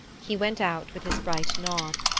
he went out with his bright nod.